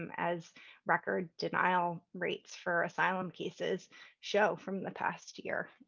and as record denial rates for asylum cases show from the past year.